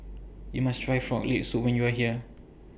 YOU must Try Frog Leg Soup when YOU Are here